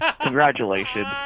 congratulations